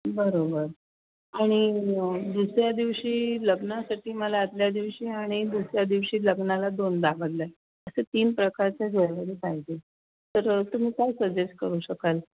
बरोबर आणि दुसऱ्या दिवशी लग्नासाठी मला आदल्या दिवशी आणि दुसऱ्या दिवशी लग्नाला दोनदा बदलायचं असे तीन प्रकारच्या ज्वेलरी पाहिजे तर तुम्ही काय सजेस्ट करू शकाल